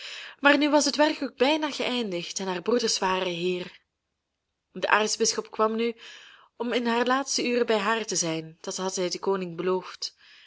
maar nu was het werk ook bijna geëindigd en haar broeders waren hier de aartsbisschop kwam nu om in haar laatste uren bij haar te zijn dat had hij den koning beloofd